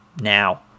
now